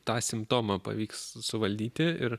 tą simptomą pavyks suvaldyti ir